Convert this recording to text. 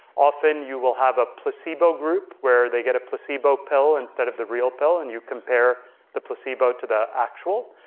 often you will have a placebo group where they get a placebo pill instead of the real pill and you compare the placebo to actual.